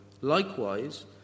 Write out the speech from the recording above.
Likewise